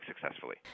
successfully